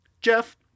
Jeff